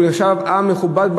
המכובד,